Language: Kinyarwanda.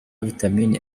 vitamini